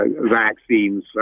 vaccines